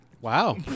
Wow